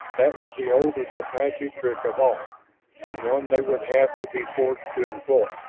that was the oldest apache trick of all and one they would have to be forced to employ.